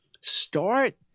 start